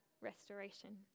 restoration